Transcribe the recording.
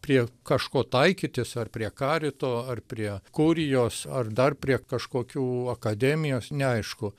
prie kažko taikytis ar prie karito ar prie kurijos ar dar prie kažkokių akademijos neaišku